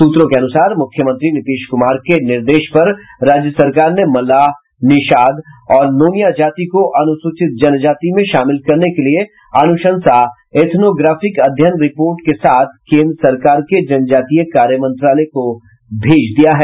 सूत्रों के अनुसार मुख्यमंत्री नीतीश कुमार के निर्देश पर राज्य सरकार ने मल्लाह निषाद और नोनिया जाति को अनुसूचित जनजाति में शामिल करने के लिए अनुशंसा इथनोग्राफिक अध्ययन रिपोर्ट के साथ केन्द्र सरकार के जनजातीय कार्य मंत्रालय को भेजी है